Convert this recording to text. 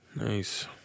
Nice